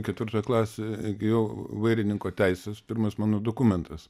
ketvirtoj klasėj įgijau vairininko teises pirmas mano dokumentas